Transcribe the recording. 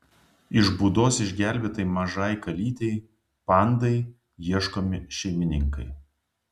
iš būdos išgelbėtai mažai kalytei pandai ieškomi šeimininkai